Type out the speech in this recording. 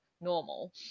normal